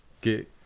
get